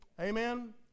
Amen